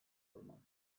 kurmak